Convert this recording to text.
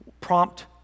prompt